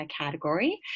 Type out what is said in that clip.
category